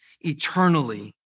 eternally